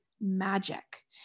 magic